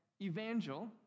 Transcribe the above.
Evangel